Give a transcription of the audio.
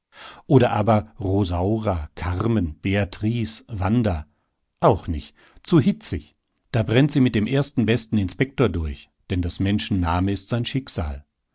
oder aber rosaura carmen beatrice wanda auch nich zu hitzig da brennt sie mit dem ersten besten inspektor durch denn des menschen name ist sein schicksal